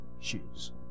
shoes